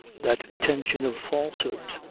that tension of falsehood,